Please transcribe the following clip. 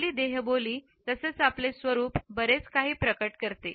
आपली देहबोली तसेच आपले स्वरूप बरेच काही प्रकट करते